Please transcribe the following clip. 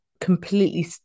completely